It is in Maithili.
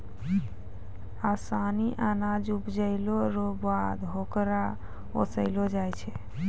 ओसानी अनाज उपजैला रो बाद होकरा ओसैलो जाय छै